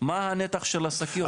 - הזה מה נתח השקיות?